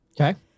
Okay